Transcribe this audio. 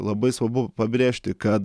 labai svabu pabrėžti kad